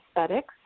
aesthetics